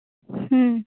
ᱦᱮᱸ